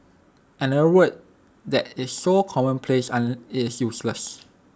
another word that is so commonplace and is useless